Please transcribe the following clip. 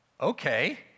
okay